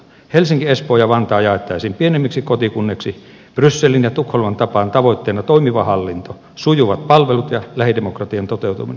helsinki espoo ja vantaa jaettaisiin pienemmiksi kotikunniksi brysselin ja tukholman tapaan tavoitteena toimiva hallinto sujuvat palvelut ja lähidemokratian toteutuminen